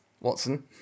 watson